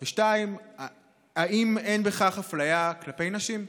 2. האם אין בכך אפליה כלפי נשים?